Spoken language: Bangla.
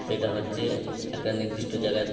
সেটা হচ্ছে একটা নির্দিষ্ট জায়গায়